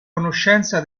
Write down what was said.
conoscenza